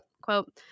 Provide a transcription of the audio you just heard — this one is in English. Quote